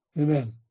Amen